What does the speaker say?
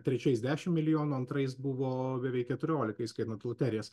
trečiais dešimt milijonų antrais buvo beveik keturiolika įskaitant loterijas